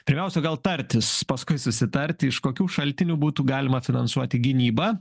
pirmiausia gal tartis paskui susitarti iš kokių šaltinių būtų galima finansuoti gynybą